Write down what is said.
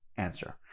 answer